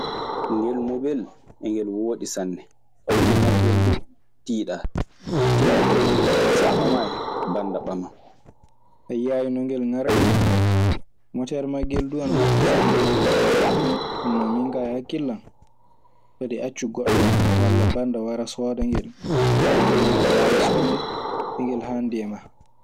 Ngel mobel e ngel wooɗi sanne. Piri maggel duu tiiɗaa tinna ɓamu ngel so a ɓamaayi bannda ɓaman. A yiyaayi no ngel ŋarɗiri. Moteer maggel duu ana moƴƴi sanne. Nden non min kaa e hakkille an fati accu goɗoo walla bannde wara sooda ngel taweene aɗa waawi soodde, e ngel haandi e maa.